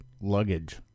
luggage